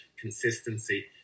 consistency